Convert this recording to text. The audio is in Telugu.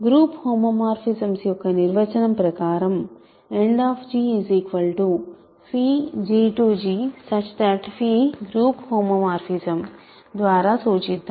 గ్రూప్ హోమోమార్ఫిజమ్స్ యొక్క నిర్వచనం ప్రకారం End G G group homomorphism ద్వారా సూచిద్దాం